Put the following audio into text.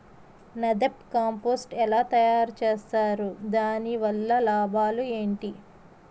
NADEP compost ఎలా తయారు చేస్తారు? దాని వల్ల లాభాలు ఏంటి?